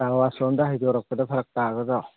car ꯋꯥꯁ ꯔꯣꯝꯗ ꯍꯥꯏꯗꯣꯔꯛꯄꯗ ꯐꯔꯛ ꯇꯥꯒꯗ꯭ꯔꯣ